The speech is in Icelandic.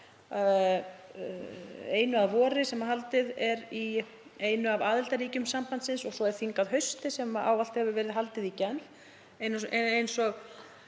Einum að vori sem haldinn er í einu af aðildarríkjum sambandsins og svo er þing að hausti sem ávallt hefur verið haldið í Genf. Eins og